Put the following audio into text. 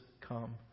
come